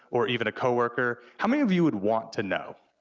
or even a coworker, how many of you would want to know?